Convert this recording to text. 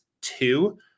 two